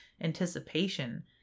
anticipation